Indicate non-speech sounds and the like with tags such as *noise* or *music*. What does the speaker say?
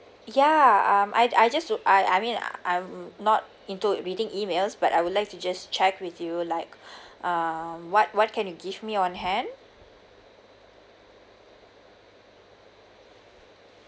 ya um I I just do I I mean I'm not into reading emails but I would like to just check with you like *breath* err what what can you give me on hand